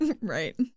Right